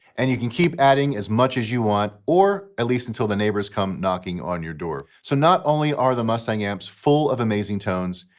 and you can keep adding as much as you want, or at least until the neighbors come knocking on your door. so not only are the mustang amps full of amazing tones,